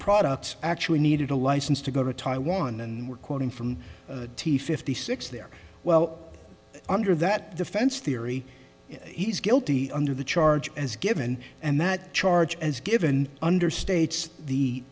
products actually needed a license to go to taiwan and we're quoting from t fifty six there well under that defense theory he's guilty under the charge as given and that charge has given understates the